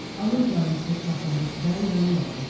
owen jones picked up on this very early on,